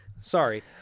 sorry